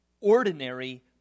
ordinary